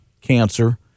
cancer